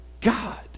God